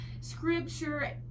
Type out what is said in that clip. scripture